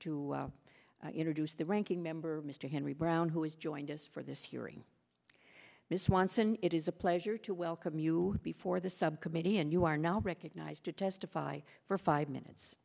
to introduce the ranking member mr henry brown who has joined us for this hearing this once and it is a pleasure to welcome you before the subcommittee and you are now recognized to testify for five minutes